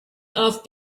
off